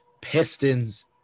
Pistons